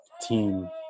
team